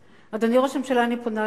נו.